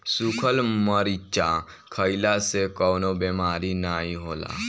सुखल मरीचा खईला से कवनो बेमारी नाइ होला